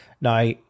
Now